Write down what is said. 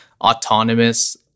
autonomous